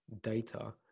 data